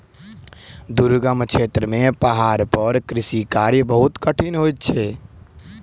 दुर्गम क्षेत्र में पहाड़ पर कृषि कार्य बहुत कठिन होइत अछि